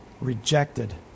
Rejected